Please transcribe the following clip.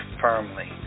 firmly